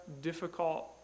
difficult